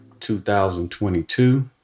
2022